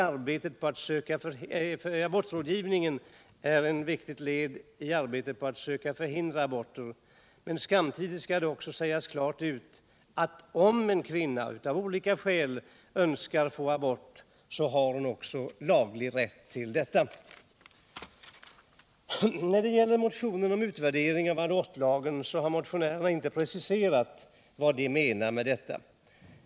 Abortrådgivningen är ett viktigt led i arbetet på att söka förhindra aborter, men samtidigt skall det också sägas klart ut att om en kvinna av olika skäl önskar få abort, så har hon också laglig rätt till detta. När det gäller motionen om utvärdering av abortlagen har motionärerna inte preciserat vad de menar med detta.